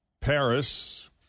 Paris